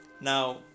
now